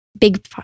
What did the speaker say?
big